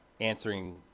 answering